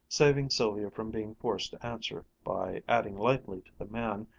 saving sylvia from being forced to answer, by adding lightly to the man,